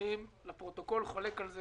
אני חולק על זה.